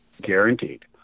guaranteed